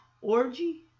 Orgy